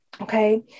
Okay